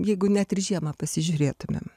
jeigu net ir žiemą pasižiūrėtumėm